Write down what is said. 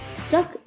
stuck